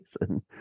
reason